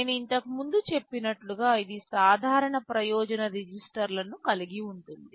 నేను ఇంతకు ముందు చెప్పినట్లు గా ఇది సాధారణ ప్రయోజన రిజిస్టర్లును కలిగి ఉంటుంది